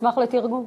אשמח לתרגום.